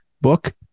book